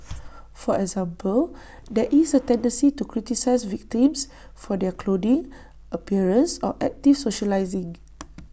for example there is A tendency to criticise victims for their clothing appearance or active socialising